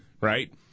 right